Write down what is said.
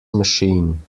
machine